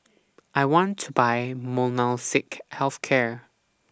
I want to Buy Molnylcke Health Care